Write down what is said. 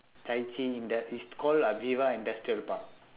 chai chee indust~ is called uh viva industrial park